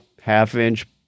half-inch